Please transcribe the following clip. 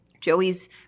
Joey's